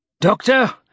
Doctor